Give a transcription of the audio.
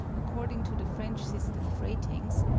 according to the french system of ratings,